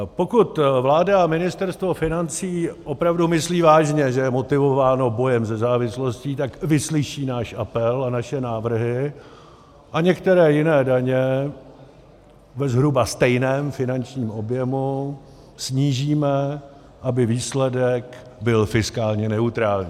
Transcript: Pokud vláda a Ministerstvo financí opravdu myslí vážně, že je motivováno bojem se závislostí, tak vyslyší náš apel a naše návrhy a některé jiné daně ve zhruba stejném finančním objemu snížíme, aby výsledek byl fiskálně neutrální.